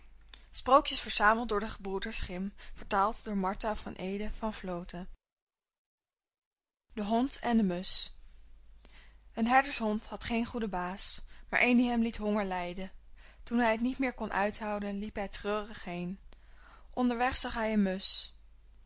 zij leefden lviii de hond en de musch een herdershond had geen goeden baas maar een die hem liet hongerlijden toen hij het niet meer kon uithouden liep hij treurig heen onderweg zag hij een musch